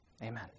Amen